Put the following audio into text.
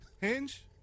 Hinge